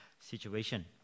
situation